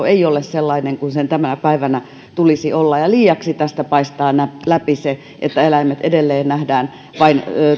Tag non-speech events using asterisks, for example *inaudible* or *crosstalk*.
*unintelligible* ei ole sellainen kuin sen tänä päivänä tulisi olla liiaksi tästä paistaa läpi se että eläimet edelleen nähdään vain